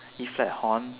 e flat horn